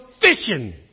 fishing